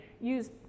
use